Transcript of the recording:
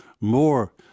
more